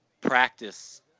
Practice